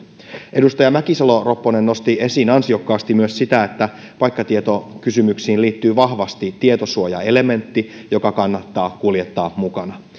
edustaja mäkisalo ropponen nosti esiin ansiokkaasti myös sen että paikkatietokysymyksiin liittyy vahvasti tietosuojaelementti joka kannattaa kuljettaa mukana